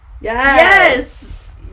Yes